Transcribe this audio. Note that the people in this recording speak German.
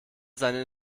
seine